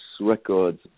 records